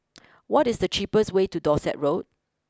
what is the cheapest way to Dorset Road